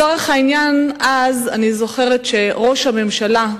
אני זוכרת שראש הממשלה,